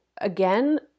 again